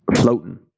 floating